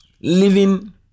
living